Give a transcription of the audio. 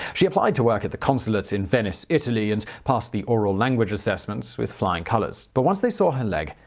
she applied to work at the consulate in venice, italy, and passed the oral language assessment with flying colors. but once they saw her leg,